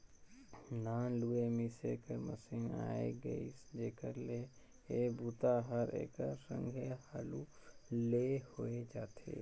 धान लूए मिसे कर मसीन आए गेइसे जेखर ले ए बूता हर एकर संघे हालू ले होए जाथे